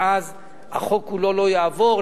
ואז החוק כולו לא יעבור.